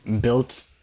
built